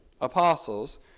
apostles